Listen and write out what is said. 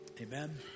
amen